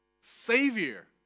Savior